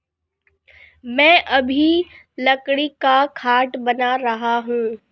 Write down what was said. मैं अभी लकड़ी का खाट बना रहा हूं